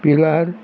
पिलार